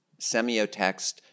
Semiotext